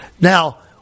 Now